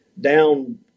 down